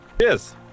Cheers